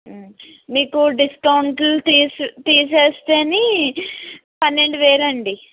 మీకు డిస్కౌంట్లు తీసే తీసేస్తే పన్నెండు వేలు అండి